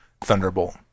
Thunderbolt